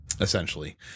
essentially